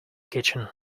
kitchen